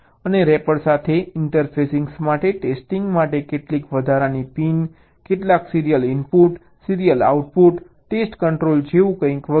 અને રેપર સાથે ઇન્ટરફેસિંગ માટે ટેસ્ટિંગ માટે કેટલીક વધારાની પિન કેટલાક serial input serial output test control જેવું કંઈક વગેરે